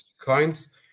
clients